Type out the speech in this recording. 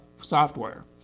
software